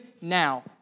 now